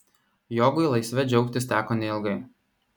jogui laisve džiaugtis teko neilgai